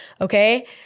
Okay